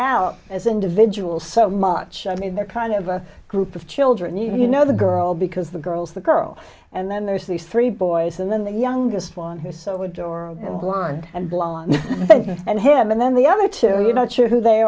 out as individuals so much i mean they're kind of a group of children you know the girl because the girls the girl and then there's these three boys and then the youngest one who so would door and blind and blond and him and then the other two we're not sure who they